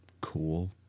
cool